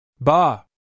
Bah